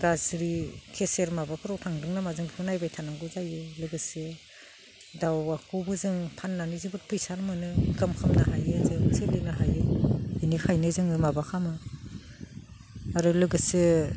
गाज्रि खेसेर माबाफोराव थांदों नामा जों बेखौबो नायबाय थानांगौ जायो लोगोसे दाउखौबो जों फाननानै जोबोद फैसा मोनो इनकाम खालामनो हायो जों सोलिनो हायो बेनिखायनो जोङो माबा खालामो आरो लोगोसे